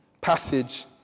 passage